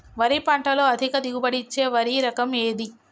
వరి పంట లో అధిక దిగుబడి ఇచ్చే వరి రకం ఏది?